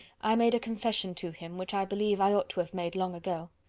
i made a confession to him, which i believe i ought to have made long ago.